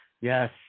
Yes